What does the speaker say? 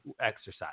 exercise